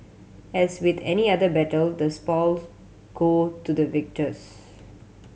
as with any other battle the spoils go to the victors